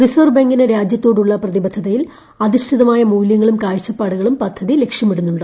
reserve ബാങ്കിന് രാജ്യത്തോടുളള പ്രതിബദ്ധതയിൽ അധീഷ്ഠിതമായ മൂല്യങ്ങളും കാഴ്ചപ്പാടുകളും പദ്ധതി ലക്ഷ്യമിടുന്നുണ്ട്